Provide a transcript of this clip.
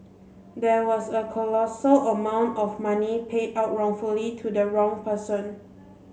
there was a colossal amount of money paid out wrongfully to the wrong person